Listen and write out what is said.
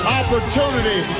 opportunity